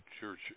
church